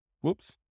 Whoops